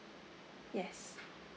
yes